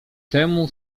temu